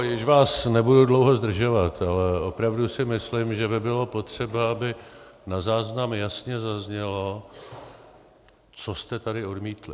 Již vás nebudu dlouho zdržovat, ale opravdu si myslím, že by bylo potřeba, aby na záznam jasně zaznělo, co jste tady odmítli.